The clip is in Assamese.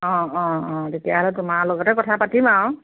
অঁ অঁ অঁ তেতিয়াহ'লে তোমাৰ লগতে কথা পাতিম আৰু